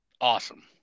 awesome